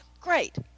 Great